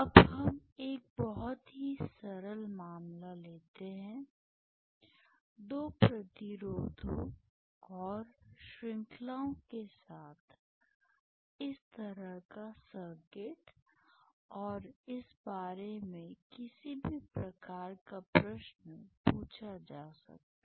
अब हम एक बहुत ही सरल मामला लेते हैं दो प्रतिरोधों और श्रृंखलाओं के साथ इस तरह का सर्किट और इस बारे में किसी भी प्रकार का प्रश्न पूछा जा सकता है